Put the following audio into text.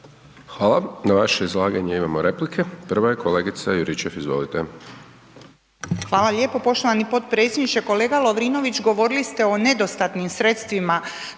Hvala na vaše izlaganje imamo replike, prva je kolegice Juričev, izvolite.